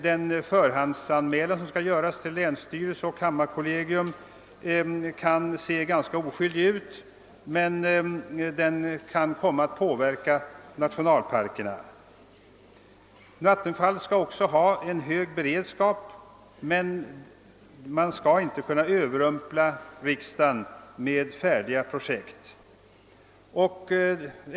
Den förhandsanmälan som skall göras till länsstyrelse och kammarkollegium kan se ganska oskyldig ut, men den kan komma att påverka nationalparkerna. Vattenfall skall ha en hög beredskap, men man skall inte kunna överrumpla riksdagen med färdiga projekt.